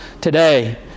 today